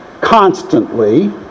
constantly